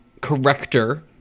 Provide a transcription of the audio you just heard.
corrector